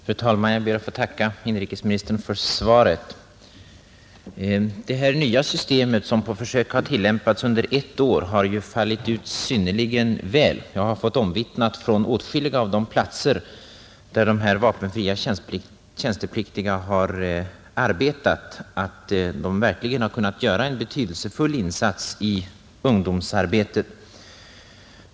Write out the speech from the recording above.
Fru talman! Jag ber att få tacka inrikesminstern för svaret på min fråga. Det nya system som på försök tillämpats under ett år har ju fallit ut synnerligen väl. Jag har fått omvittnat från åtskilliga av de platser där dessa vapenfria tjänstepliktiga arbetat att de verkligen har kunnat göra en betydelsefull insats i ungdomsarbetet.